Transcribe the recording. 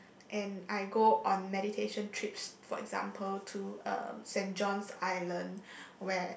and I go on meditation trips for example to um St-John's-Island where